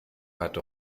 hatte